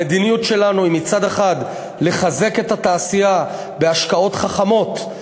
המדיניות שלנו היא לחזק את התעשייה בהשקעות חכמות,